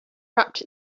wrapped